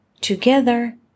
Together